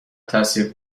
تاثیر